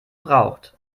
braucht